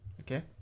Okay